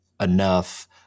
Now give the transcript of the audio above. enough